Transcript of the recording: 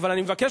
אבל אני מבקש,